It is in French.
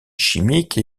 chimique